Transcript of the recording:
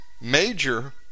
major